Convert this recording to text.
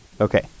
Okay